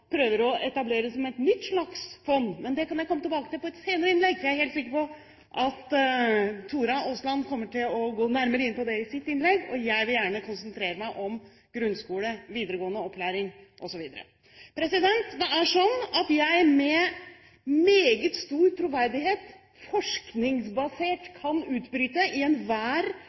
prøver å etablere som et nytt slags fond, men det kan jeg komme tilbake til i et senere innlegg. Jeg er helt sikker på at Tora Aasland kommer til å gå nærmere inn på det i sitt innlegg. Jeg vil gjerne konsentrere meg om grunnskole, videregående opplæring osv. Jeg kan – med meget stor, forskningsbasert, troverdighet – utbryte i enhver